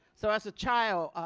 so as a child